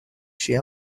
she